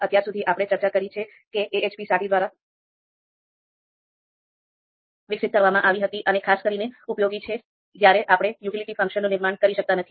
અત્યાર સુધી આપણે ચર્ચા કરી છે કે AHP સાતી દ્વારા વિકસિત કરવામાં આવી હતી અને ખાસ કરીને ઉપયોગી છે જ્યારે આપણે યુટિલિટી ફંક્શનનું નિર્માણ કરી શકતા નથી